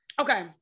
okay